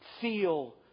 Feel